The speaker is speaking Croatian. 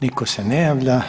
Nitko se ne javlja.